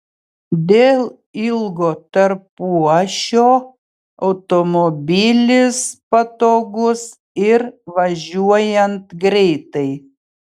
dėl ilgo tarpuašio automobilis patogus ir važiuojant greitai